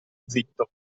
zitto